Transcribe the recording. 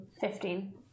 Fifteen